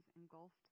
engulfed